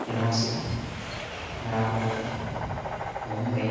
नासिका नागपुरं मुम्बै